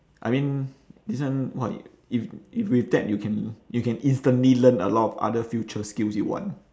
I mean this one what if if with that you can you can instantly learn a lot of other future skills you want